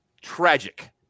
tragic